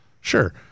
Sure